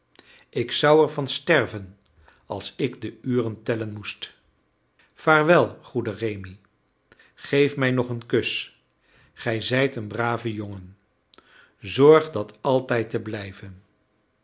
ik zou er van sterven als ik de uren tellen moest vaarwel goede rémi geef mij nog een kus gij zijt een brave jongen zorg dat altijd te blijven